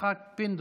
יצחק פינדרוס,